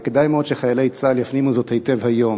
וכדאי מאוד שחיילי צה"ל יפנימו זאת היטב היום: